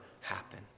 happen